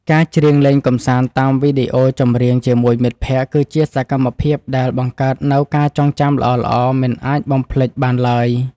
ការច្រៀងលេងកម្សាន្តតាមវីដេអូចម្រៀងជាមួយមិត្តភក្តិគឺជាសកម្មភាពដែលបង្កើតនូវការចងចាំល្អៗមិនអាចបំភ្លេចបានឡើយ។